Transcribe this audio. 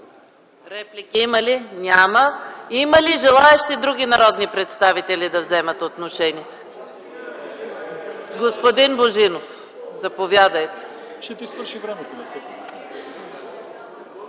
Реплики има ли? Няма. Има ли други желаещи народни представители да вземат отношение? Господин Божинов, заповядайте.